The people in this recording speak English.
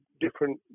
different